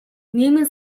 нийгмийн